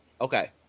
okay